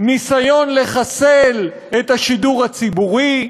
ניסיון לחסל את השידור הציבורי,